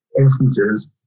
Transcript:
instances